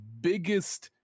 biggest